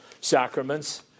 sacraments